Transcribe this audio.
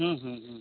ᱦᱮᱸ ᱦᱮᱸ ᱦᱮᱸ